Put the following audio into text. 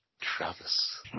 Travis